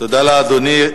תודה לאדוני.